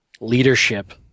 leadership